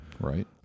Right